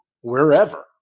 wherever –